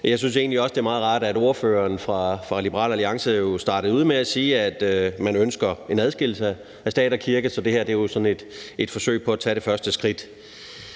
Jeg synes egentlig også, det er meget rart, at ordføreren fra Liberal Alliance jo startede ud med at sige, at man ønsker en adskillelse af stat og kirke, så det her er jo sådan et forsøg på at tage det første skridt.